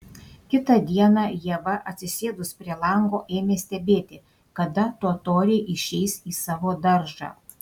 kitą dieną ieva atsisėdus prie lango ėmė stebėti kada totoriai išeis į savo daržą